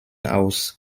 aus